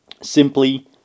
Simply